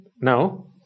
Now